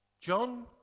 John